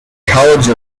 college